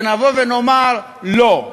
שנבוא ונאמר: לא,